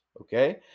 okay